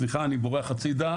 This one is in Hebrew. סליחה אני בורח הצידה,